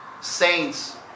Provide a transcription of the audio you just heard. saints